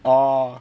oh